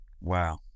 Wow